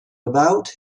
about